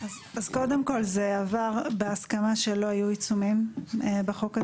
זה עבר בהסכמה שלא יהיו עיצומים בחוק.